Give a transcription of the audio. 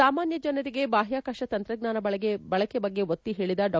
ಸಾಮಾನ್ಹ ಜನರಿಗೆ ಬಾಹ್ವಾಕಾಶ ತಂತ್ರಜ್ಞಾನ ಬಳಕೆ ಬಗ್ಗೆ ಒತ್ತಿ ಹೇಳದ ಡಾ